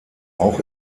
auch